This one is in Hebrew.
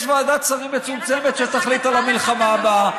יש ועדת שרים מצומצמת שתחליט על המלחמה הבאה.